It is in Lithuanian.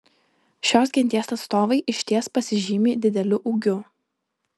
šios genties atstovai išties pasižymi dideliu ūgiu